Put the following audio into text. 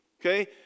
Okay